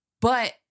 But-